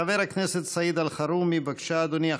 חבר הכנסת סעיד אלחרומי, בבקשה, אדוני.